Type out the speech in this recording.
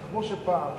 כמו שפעם,